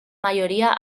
mayoría